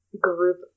group